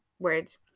words